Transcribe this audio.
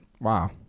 Wow